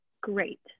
great